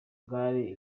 gare